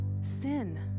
sin